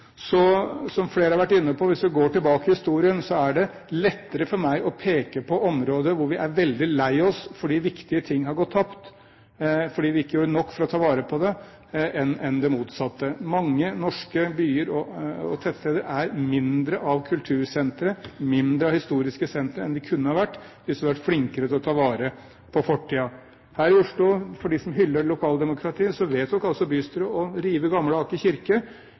Som flere har vært inne på: Hvis vi går tilbake i historien, er det lettere å peke på områder hvor vi er veldig lei oss fordi viktige ting er gått tapt, fordi vi ikke gjorde nok for å ta vare på det, enn det motsatte. Mange norske byer og tettsteder er mindre av kultursentre, mindre av historiske sentre, enn de kunne ha vært hvis vi hadde vært flinkere til å ta vare på fortiden. Her i Oslo – for dem som hyller lokaldemokratiet – vedtok altså bystyret å rive Gamle Aker kirke.